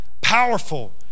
powerful